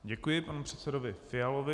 Děkuji panu předsedovi Fialovi.